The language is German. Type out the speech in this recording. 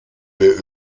wir